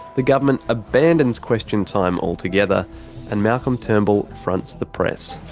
the government abandons question time altogether and malcolm turnbull fronts the press.